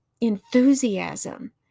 enthusiasm